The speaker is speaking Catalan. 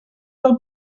del